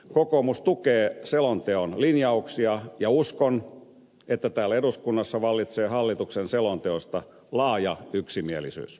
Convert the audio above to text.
kokoomus tukee selonteon linjauksia ja uskon että täällä eduskunnassa vallitsee hallituksen selonteosta laaja yksimielisyys